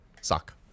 Suck